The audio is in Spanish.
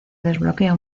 desbloquea